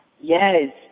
Yes